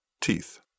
teeth